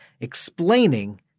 explaining